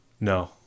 No